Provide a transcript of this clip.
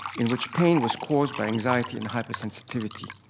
in which pain was caused by anxiety and hypersensitivity.